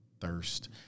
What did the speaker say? thirst